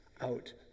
out